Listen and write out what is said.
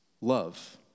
love